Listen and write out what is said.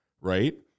right